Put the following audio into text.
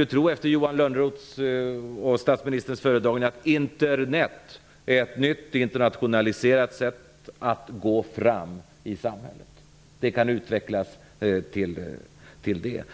Efter Johans Lönnroth och statsministerns föredragning skulle jag tro att Internet är ett nytt internationaliserat sätt att ''gå fram'' i samhället. Det kan utvecklas till det.